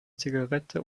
zigarette